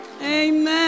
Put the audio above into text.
Amen